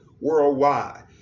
worldwide